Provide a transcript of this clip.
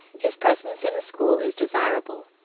his presence in the school is desirable.